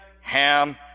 Ham